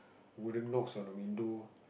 wooden knocks on the window